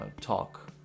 talk